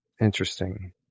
interesting